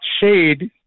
shade